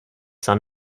son